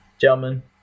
gentlemen